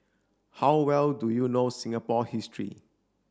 how well do you know Singapore history